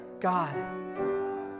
God